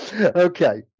okay